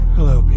Hello